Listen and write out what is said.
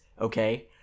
okay